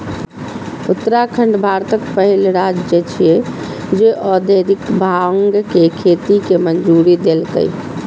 उत्तराखंड भारतक पहिल राज्य छियै, जे औद्योगिक भांग के खेती के मंजूरी देलकै